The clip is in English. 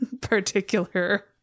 particular